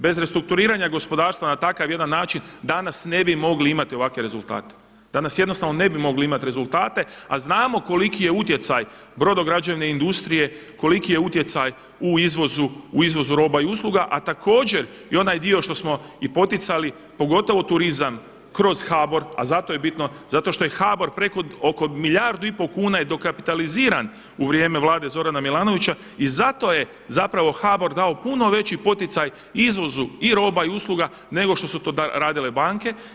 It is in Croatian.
Bez restrukturiranja gospodarstva na takav jedan način danas ne bi mogli imati ovakve rezultate, danas jednostavno ne bi mogli imat rezultate, a znamo koliki je utjecaj brodograđevne industrije, koliki je utjecaj u izvozu roba i usluga, a također i onaj dio što smo i poticali pogotovo turizam kroz HBOR, a zato je bitno zato što i HBOR preko, oko milijardu i pol kuna je dokapitaliziran u vrijeme Vlade Zorana Milanovića i zato je zapravo HBOR dao puno veći poticaj izvozu i roba i usluga nego što su to radile banke.